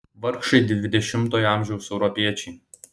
vargšai dvidešimtojo amžiaus europiečiai